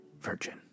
virgin